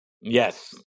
Yes